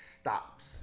stops